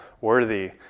worthy